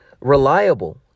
reliable